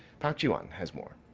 park ji-won has more.